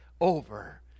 over